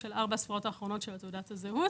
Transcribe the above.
זה מחייב אימות של ארבע ספרות אחרונות של תעודת זהות